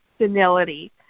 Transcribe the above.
senility